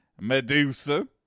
Medusa